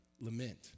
lament